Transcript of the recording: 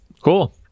Cool